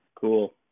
Cool